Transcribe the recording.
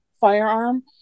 firearm